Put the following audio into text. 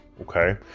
okay